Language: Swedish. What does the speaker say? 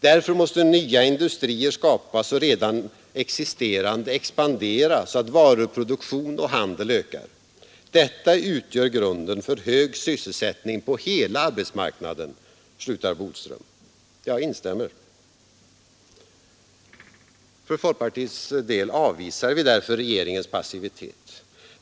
Därför måste nya industrier skapas och redan existerande expandera så att varuproduktion och handel ökar. Detta utgör grunden för hög sysselsättning på hela arbetsmarknaden”, slutar Bodström. Jag instämmer. För folkpartiets del avvisar vi därför regeringens passivitet.